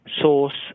source